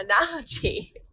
analogy